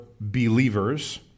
believers